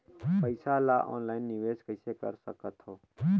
पईसा ल ऑनलाइन निवेश कइसे कर सकथव?